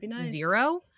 zero